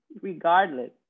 regardless